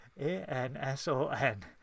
A-N-S-O-N